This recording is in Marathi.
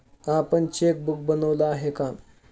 आपण चेकबुक बनवलं आहे का?